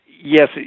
yes